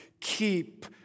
keep